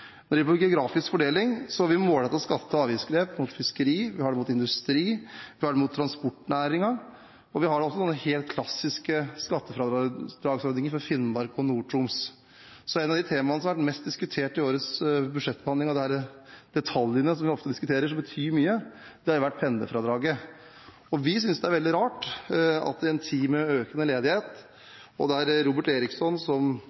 Når det gjelder geografisk fordeling, har vi målrettede skatte- og avgiftsgrep mot fiskeri, mot industri og mot transportnæringen. Vi har også noen helt klassiske skattefradragsordninger for Finnmark og Nord-Troms. Et av de temaene som har vært mest diskutert i årets budsjettbehandling – det er jo ofte detaljene som vi diskuterer, som betyr mye – er pendlerfradraget. Vi synes det er veldig rart at man i en tid med økende ledighet, der Robert Eriksson som